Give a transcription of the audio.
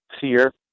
fear